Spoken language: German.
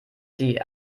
sie